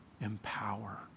empower